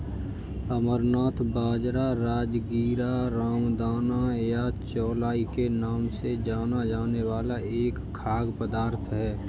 अमरनाथ बाजरा, राजगीरा, रामदाना या चौलाई के नाम से जाना जाने वाला एक खाद्य पदार्थ है